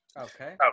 Okay